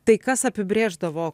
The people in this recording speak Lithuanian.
tai kas apibrėždavo